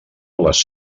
les